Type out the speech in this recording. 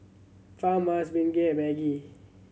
Farmhouse Bengay and Maggi